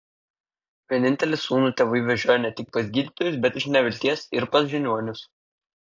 vienintelį sūnų tėvai vežiojo ne tik pas gydytojus bet iš nevilties ir pas žiniuonius